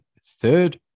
third